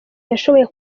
yashoboye